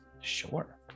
Sure